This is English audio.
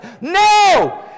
No